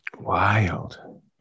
Wild